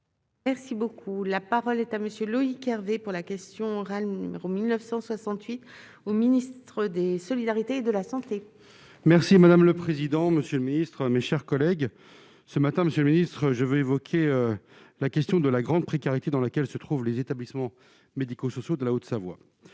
Merci beaucoup, la parole est à monsieur Loïc Hervé pour la question orale numéro 1968 au ministre des solidarités et de la santé. Merci madame le président, monsieur le ministre, mes chers collègues, ce matin, monsieur le ministre je veux évoquer la question de la grande précarité dans laquelle se trouvent les établissements médico-sociaux de la Haute-Savoie,